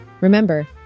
Remember